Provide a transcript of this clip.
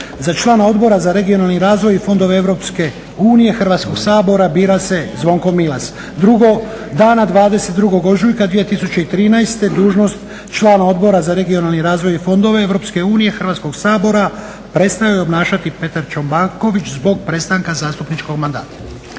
za člana Odbora za regionalni razvoj i fondove EU Hrvatskog sabora bira se Zvonko Milas. Drugo, dana 22.ožujka 2013.dužnost člana Odbora za regionalni razvoj i fondove EU Hrvatskog sabora prestaje obnašati Petar Čobanković zbog prestanka zastupničkog mandata.